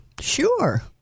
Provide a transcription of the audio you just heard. Sure